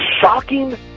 shocking